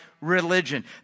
religion